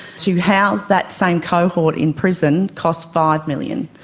to house that same cohort in prison costs five million